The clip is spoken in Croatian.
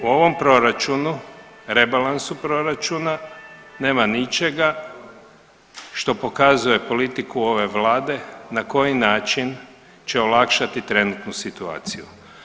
U ovom proračunu rebalansu proračuna nema ničega što pokazuje politiku ove Vlade na koji način će olakšati trenutku situaciju.